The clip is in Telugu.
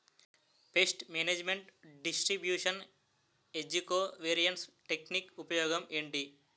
పేస్ట్ మేనేజ్మెంట్ డిస్ట్రిబ్యూషన్ ఏజ్జి కో వేరియన్స్ టెక్ నిక్ ఉపయోగం ఏంటి